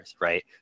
right